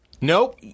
nope